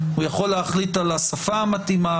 הוא יכול להחליט על השפה המתאימה,